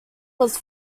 was